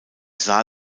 sah